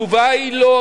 התשובה היא: לא.